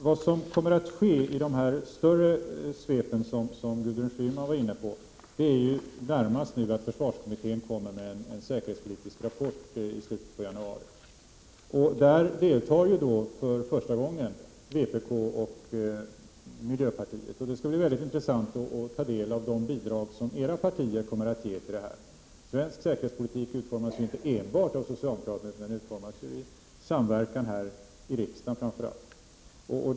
Vad som kommer att ske i de större svepen, som Gudrun Schyman var inne på, är närmast att försvarskommittén kommer med en säkerhetspolitisk rapport i slutet av januari. Där deltar ju för första gången vpk och miljöpartiet. Det skall bli mycket intressant att ta del av de bidrag som era partier kommer att ge. Svensk säkerhetspolitik utformas ju inte enbart av socialdemokrater utan i samverkan framför allt här i riksdagen.